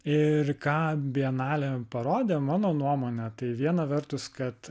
ir ką bienalė parodė mano nuomone tai viena vertus kad